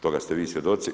Toga ste vi svjedoci.